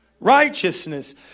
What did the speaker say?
righteousness